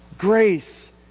grace